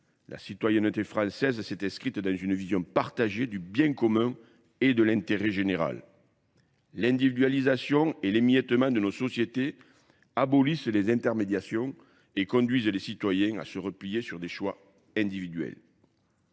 La citoyenneté française s'est escrite dans une vision partagée du bien commun et de l'intérêt général. L'individualisation et l'émiétement de nos sociétés abolissent les intermédiactions et conduisent les citoyens à se replier sur des choix individuels.